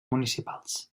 municipals